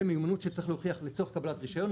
ומיומנות שצריך להוכיח לצורך קבלת רישיון,